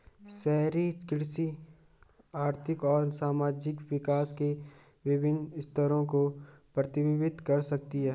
शहरी कृषि आर्थिक और सामाजिक विकास के विभिन्न स्तरों को प्रतिबिंबित कर सकती है